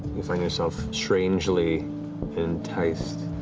you find yourself strangely enticed